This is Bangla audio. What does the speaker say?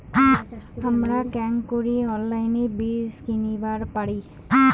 হামরা কেঙকরি অনলাইনে বীজ কিনিবার পারি?